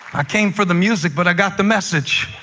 i came for the music, but i got the message.